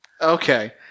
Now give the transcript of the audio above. Okay